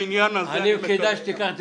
בעניין הזה --- אני מציע שתיקח זאת